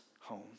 home